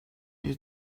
you